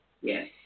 Yes